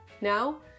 Now